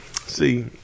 See